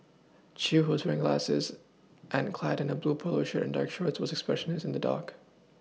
Chew who was wearing glasses and clad in a blue polo shirt and dark shorts was expressionless in the dock